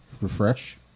Refresh